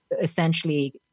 essentially